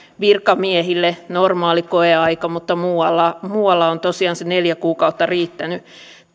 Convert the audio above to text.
virkamiehille normaali koeaika mutta muualla muualla on tosiaan se neljä kuukautta riittänyt